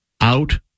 out